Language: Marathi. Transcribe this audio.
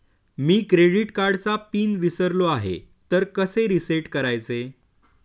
मी क्रेडिट कार्डचा पिन विसरलो आहे तर कसे रीसेट करायचे?